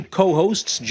co-hosts